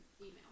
email